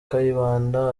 kayibanda